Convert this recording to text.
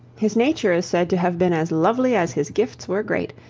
his nature is said to have been as lovely as his gifts were great,